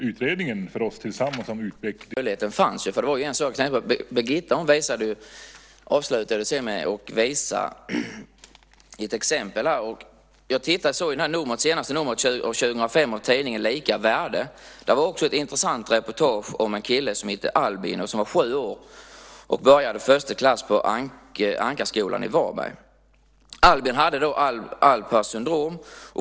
Herr talman! Jag tog chansen när möjligheten nu fanns, Lennart, för det var en sak jag tänkte på. Birgitta avslutade ju med att visa ett exempel. Jag har tittat i senaste numret av tidningen Lika värde, nr 1/2005, och där fanns ett intressant reportage om en kille som hette Albin och var sju år och började första klass på Ankarskolan i Varberg. Albin har Alpers syndrom.